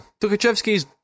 Tukhachevsky's